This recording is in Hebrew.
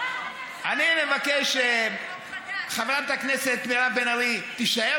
אני מבקש שחברת הכנסת מירב בן ארי תישאר